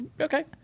okay